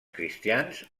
cristians